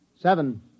Seven